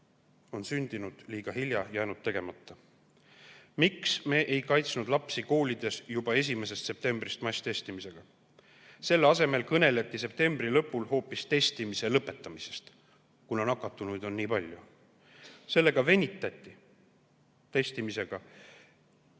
on sündinud liiga hilja või jäänud tegemata. Miks me ei kaitsnud lapsi koolides juba 1. septembrist masstestimisega? Selle asemel kõneldi septembri lõpul hoopis testimise lõpetamisest, kuna nakatunuid oli nii palju. Venitati testimisega.